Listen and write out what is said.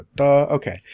okay